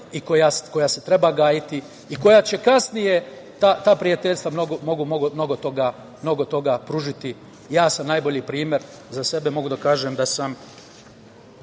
i koja se treba gajiti i koja će kasnije, ta prijateljstva, mnogo toga pružiti. Ja sam najbolji primer. Za sebe mogu da kažem da sam,